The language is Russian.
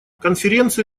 конференции